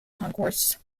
concourse